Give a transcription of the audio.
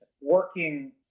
working